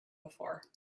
before